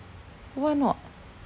why not